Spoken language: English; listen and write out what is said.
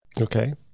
Okay